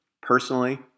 Personally